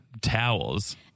towels